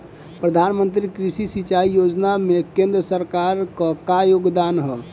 प्रधानमंत्री कृषि सिंचाई योजना में केंद्र सरकार क का योगदान ह?